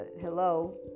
hello